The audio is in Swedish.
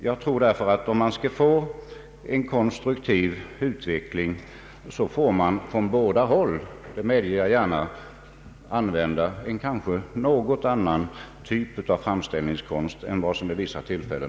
Jag tror därför att om man skall få en konstruktiv utveckling till stånd får man från båda håll — det medger jag gärna — använda en något annorlunda typ av framställningskonst än vad som gjorts vid vissa tillfällen.